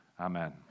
amen